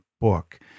book